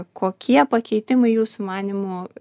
kokie pakeitimai jūsų manymu